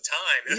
time